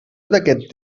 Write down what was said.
aquest